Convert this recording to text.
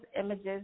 images